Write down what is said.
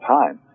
time